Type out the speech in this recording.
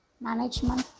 management